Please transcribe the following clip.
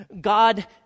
God